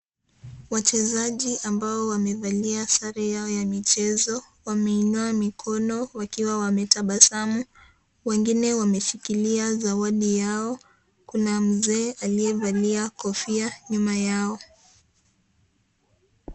Wachezaji ambao wamevalia zare yao ya michezo wameinua mikono wakiwa wametabasamu, wengine wameshikilia zawadi yao kuna mzee aliyevalia kofia yuma yao.